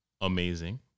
amazing